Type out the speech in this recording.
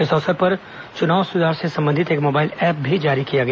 इस अवसर पर चुनाव सुधार से संबंधित एक मोबाइल ऐप भी जारी किया गया